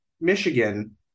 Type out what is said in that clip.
Michigan